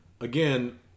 Again